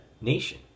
nation